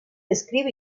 escribe